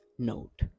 Note